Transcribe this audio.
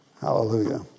Hallelujah